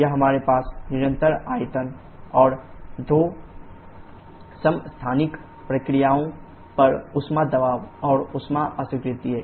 यहां हमारे पास निरंतर आयतन और दो समस्थानिक प्रक्रियाओं पर ऊष्मा दबाव और ऊष्मा अस्वीकृति है